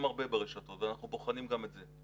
הרבה ברשתות ואנחנו בוחנים גם את זה,